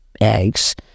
eggs